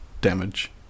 damage